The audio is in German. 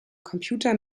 computer